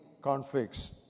conflicts